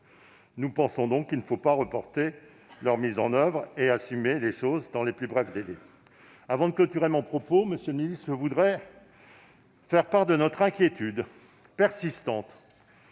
Nous pensons donc qu'il ne faut pas reporter leur mise en oeuvre et assumer dans les plus brefs délais. Avant de clore mon propos, je tiens à vous faire part de notre inquiétude persistante.